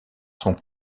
son